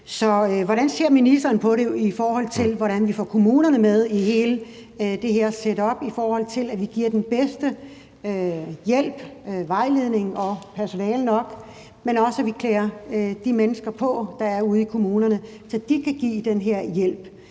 Så hvordan ser ministeren på, hvordan vi får kommunerne med i hele det her setup, i forhold til at vi giver den bedste hjælp og vejledning, og at der også er personale nok, men også sådan at vi klæder de mennesker på, der er ude i kommunerne, så de kan give den her hjælp?